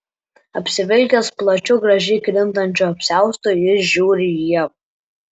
apsivilkęs plačiu gražiai krintančiu apsiaustu jis žiūri į ievą